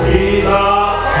Jesus